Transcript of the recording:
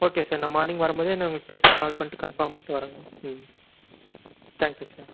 okay sir நான் morning வரும் போதே என்னன்னு கேட்டு கால் பண்ணிவிட்டு கன்ஃபார்ம் பண்ணிவிட்டு வர்றேங்க ம் தேங்க்யூ சார்